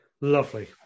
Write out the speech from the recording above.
lovely